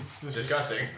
disgusting